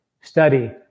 Study